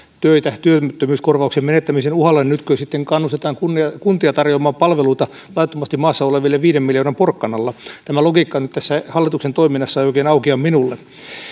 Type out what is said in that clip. töitä työttömyyskorvauksen menettämisen uhalla niin nytkö sitten kannustetaan kuntia kuntia tarjoamaan palveluita laittomasti maassa oleville viiden miljoonan porkkanalla tämä logiikka nyt tässä hallituksen toiminnassa ei oikein aukea minulle